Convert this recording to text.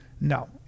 No